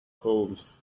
homes